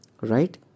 right